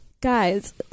Guys